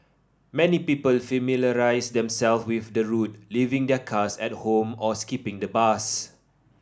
many people familiarised themselves with the route leaving their cars at home or skipping the bus